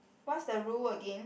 what's the rule again